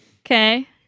Okay